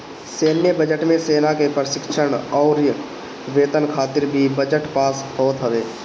सैन्य बजट मे सेना के प्रशिक्षण अउरी वेतन खातिर भी बजट पास होत हवे